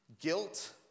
Guilt